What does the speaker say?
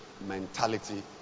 mentality